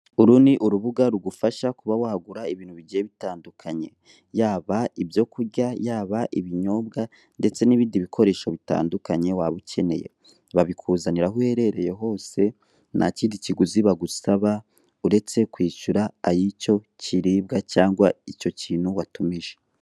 Uru ni urubuga rugufasha kuba wagura ibintu bigiye bitandukanye. Yaba ibyo kurya, yaba ibinyobwa ndetse n'ibindi bikoresho bitandukanye waba ukeneye. Babikuzanira aho uherereye hose, ntakindi kiguzi bagusaba, uretse kwishyura iy'icyo kiribwa cyangwa icyo kintu watumije.